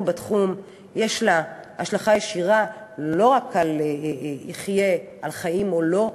בתחום יש השלכה ישירה לא רק על החיים או לא,